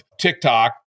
TikTok